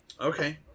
Okay